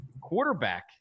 quarterback